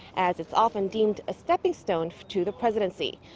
as it's often deemed a stepping stone to the presidency.